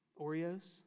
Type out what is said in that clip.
Oreos